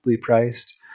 priced